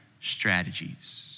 strategies